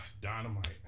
Dynamite